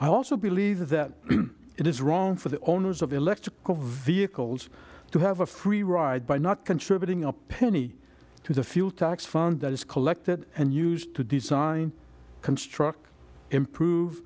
i also believe that it is wrong for the owners of electric vehicles to have a free ride by not contributing a penny to the fuel tax fund that is collected and used to design construct improve